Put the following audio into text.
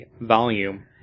volume